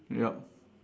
yup